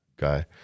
guy